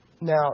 Now